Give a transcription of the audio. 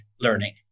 learning